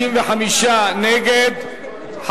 55 נגד,